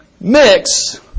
mix